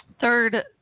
third